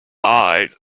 eyes